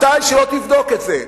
זה כך מתי שלא תבדוק את זה,